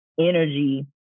energy